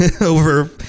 over